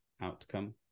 outcome